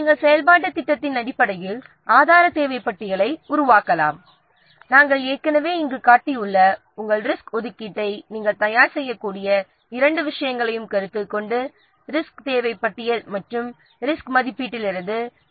எனவே செயல்பாட்டுத் திட்டத்தின் அடிப்படையில் நாம் வளங்களுக்கான தேவை பட்டியலை உருவாக்கலாம் ரிசோர்ஸகளின் தேவைப் பட்டியல் மற்றும் ரிஸ்க் மதிப்பீட்டுப் பட்டியலிலிருந்து நாம் ஏற்கனவே இங்கே காட்டியுள்ள ரிஸ்க் ஒதுக்கீட்டைத் தயாரிக்கிறோம்